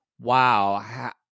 Wow